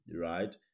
right